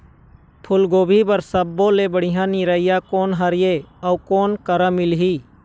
फूलगोभी बर सब्बो ले बढ़िया निरैया कोन हर ये अउ कोन करा मिलही?